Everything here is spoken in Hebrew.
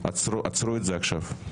עצרו את זה עכשיו.